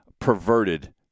perverted